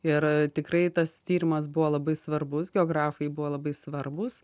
ir tikrai tas tyrimas buvo labai svarbus geografai buvo labai svarbūs